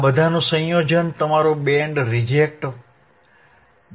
આ બધાનું સંયોજન તમારું બેન્ડ રિજેક્ટ બેન્ડ છે